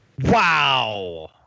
Wow